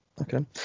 okay